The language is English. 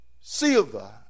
silver